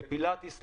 לפילאטיס,